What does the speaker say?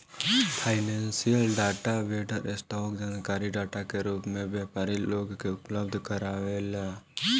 financial data vendor, stock जानकारी data के रूप में व्यापारी लोग के उपलब्ध कारावेला